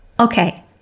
Okay